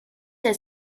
der